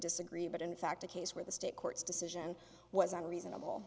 disagree but in fact a case where the state court's decision wasn't reasonable